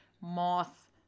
moth